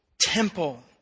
temple